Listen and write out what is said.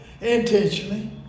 intentionally